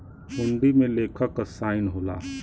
हुंडी में लेखक क साइन होला